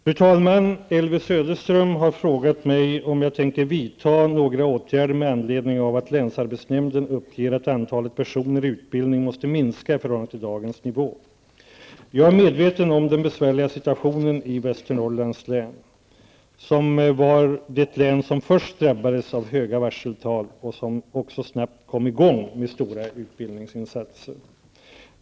Fru talman! Elvy Söderström har frågat mig om jag tänker vidta några åtgärder med anledning av att länsarbetsnämnden uppger att antalet personer i utbildning måste minska i förhållande till dagens nivå. Jag är medveten om den besvärliga situationen i Västernorrlands län, som var det län som först drabbades av höga varseltal och som också snabbt kom i gång med stora utbildningsinsatser.